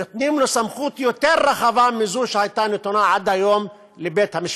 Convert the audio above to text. נותנים לו סמכות יותר רחבה מזו שהייתה נתונה עד היום לבית-המשפט,